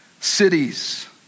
cities